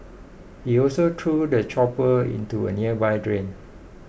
he also threw the chopper into a nearby drain